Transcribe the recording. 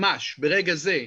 ממש, ברגע זה.